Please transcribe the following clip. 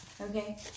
Okay